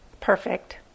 perfect